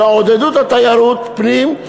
תעודדו את תיירות הפנים,